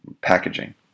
packaging